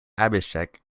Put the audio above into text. abhishek